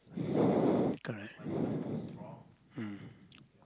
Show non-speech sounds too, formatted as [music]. [breath] correct [breath] mm